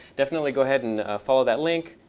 definitely go ahead and follow that link.